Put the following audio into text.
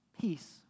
peace